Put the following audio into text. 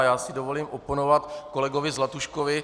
Já si dovolím oponovat kolegovi Zlatuškovi.